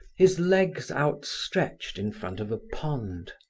his legs outstretched in front of a pond.